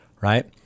right